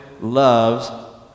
loves